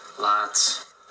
Lots